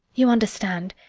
you understand.